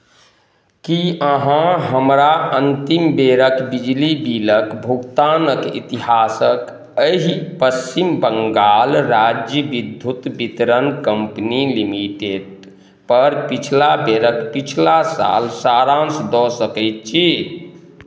की अहाँ हमरा अन्तिम बेरक बिजली बिलक भुगतानक इतिहासक एहि पश्चिम बङ्गाल राज्य विद्युत वितरण कम्पनी लिमिटेडपर पछिला बेरक पछिला साल सारांश दऽ सकैत छी